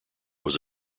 was